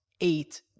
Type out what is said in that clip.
eight